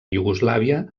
iugoslàvia